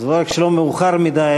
זה לא רק שלא מאוחר מדי,